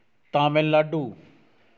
Tamil Nadu